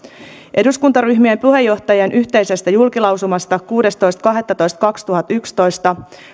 eduskuntaryhmien puheenjohtajien yhteisestä julkilausumasta kuudestoista kahdettatoista kaksituhattayksitoista